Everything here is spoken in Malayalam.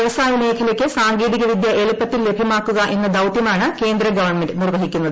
വ്യവസായ മേഖലക്ക് സാങ്കേതികവിദൃ എളുപ്പത്തിൽ ലഭ്യമാക്കുക എന്ന ദൌത്യമാണ് കേന്ദ്ര ഗവൺമെന്റ് നിർവഹിക്കുന്നത്